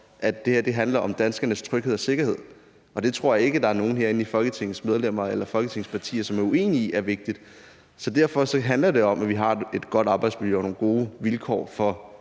at det handler om danskernes tryghed og sikkerhed, og det tror jeg ikke at nogen af Folketingets medlemmer eller Folketingets partier er uenige i er vigtigt. Så derfor handler det om, at vi har et godt arbejdsmiljø og nogle gode vilkår for